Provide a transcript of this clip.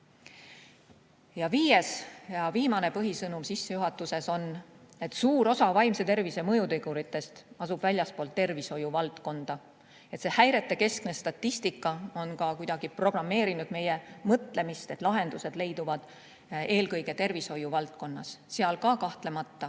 Viies ja viimane põhisõnum sissejuhatuses on, et suur osa vaimse tervise mõjuteguritest asub väljaspool tervishoiu valdkonda. Häirete keskne statistika on ka kuidagi programmeerinud meie mõtlemist, et lahendused leiduvad eelkõige tervishoiu valdkonnas. Seal ka kahtlemata,